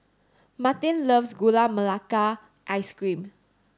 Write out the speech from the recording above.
martin loves Gula Melaka ice cream